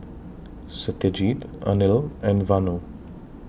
Satyajit Anil and Vanu